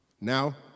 now